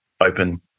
open